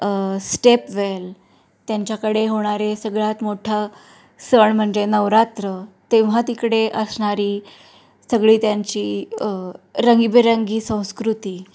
stepwell त्यांच्याकडे होणारे सगळ्यात मोठा सण म्हणजे नवरात्र तेव्हा तिकडे असणारी सगळी त्यांची रंगीबेरंगी संस्कृती